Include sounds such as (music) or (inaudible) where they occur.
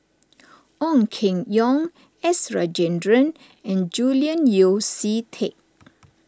(noise) Ong Keng Yong S Rajendran and Julian Yeo See Teck